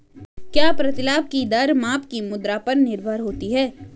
क्या प्रतिलाभ की दर माप की मुद्रा पर निर्भर होती है?